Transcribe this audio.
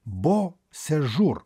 bo sežūr